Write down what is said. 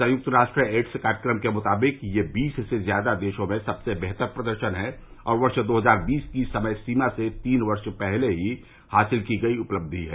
संयुक्त राष्ट्र एड्स कार्यक्रम के मुताबिक यह बीस से ज्यादा देशों में सबसे बेहतर प्रदर्शन है और वर्ष दो हजार बीस की समय सीमा से तीन वर्ष पहले ही हासिल की गयी उपलब्धि है